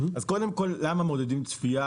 (הצגת מצגת) קודם כל למה מודדים צפייה?